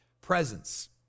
presence